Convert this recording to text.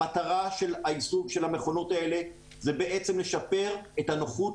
המטרה של איסוף המכונות האלה זה בעצם לשפר את הנוחות